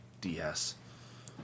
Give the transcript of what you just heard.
DS